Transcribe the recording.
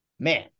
Man